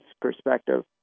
perspective